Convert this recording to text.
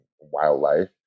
wildlife